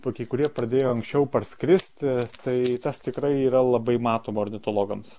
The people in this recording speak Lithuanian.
tokie kurie pradėjo anksčiau parskristi tai tas tikrai yra labai matoma ornitologams